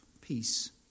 peace